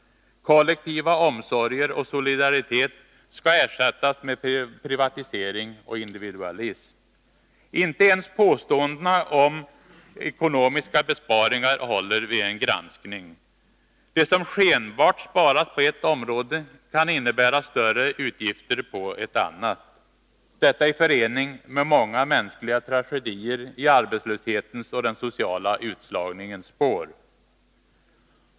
Kollektiva omsorger och solidaritet skall ersättas med privatisering och individualism. Inte ens påståendena om ekonomiska besparingar håller vid en granskning. Det som skenbart sparas på ett område kan innebära större utgifter på ett annat, detta i förening med många mänskliga tragedier i arbetslöshetens och den sociala utslagningens spår.